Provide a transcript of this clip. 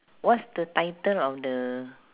what's the title of the